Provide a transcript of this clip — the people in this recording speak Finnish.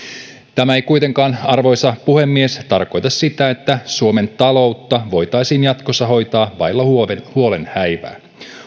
tämä ei kuitenkaan arvoisa puhemies tarkoita sitä että suomen taloutta voitaisiin jatkossa hoitaa vailla huolen huolen häivää